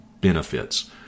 benefits